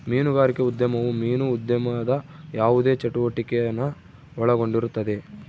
ಮೀನುಗಾರಿಕೆ ಉದ್ಯಮವು ಮೀನು ಉದ್ಯಮದ ಯಾವುದೇ ಚಟುವಟಿಕೆನ ಒಳಗೊಂಡಿರುತ್ತದೆ